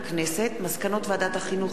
מסקנות ועדת החינוך,